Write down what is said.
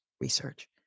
research